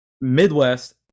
Midwest